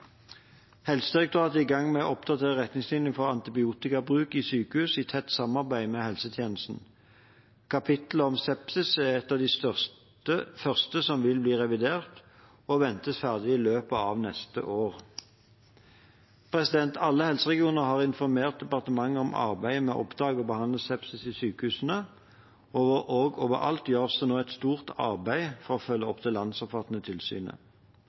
Helsedirektoratet er i gang med å oppdatere retningslinjene for antibiotikabruk i sykehus, i tett samarbeid med helsetjenesten. Kapitlet om sepsis er et av de første som vil bli revidert, og ventes ferdig i løpet av neste år. Alle helseregionene har informert departementet om arbeidet med å oppdage og behandle sepsis i sykehusene, og overalt gjøres det nå et stort arbeid for å følge opp det landsomfattende tilsynet.